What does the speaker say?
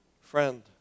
Friend